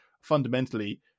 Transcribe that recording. fundamentally